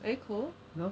are you cold